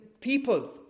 people